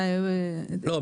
לא,